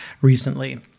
recently